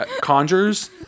conjures